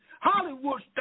Hollywood